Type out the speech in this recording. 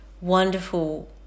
wonderful